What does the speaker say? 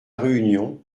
réunion